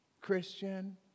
Christian